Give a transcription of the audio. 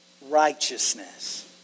righteousness